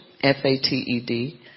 F-A-T-E-D